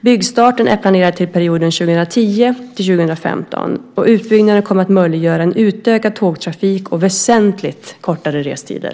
Byggstarten är planerad till perioden 2010-2015. Utbyggnaden kommer att möjliggöra en utökad tågtrafik och väsentligt kortare restider.